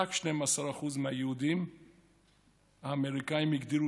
רק 12% מהיהודים האמריקאים הגדירו את